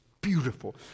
beautiful